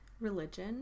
religion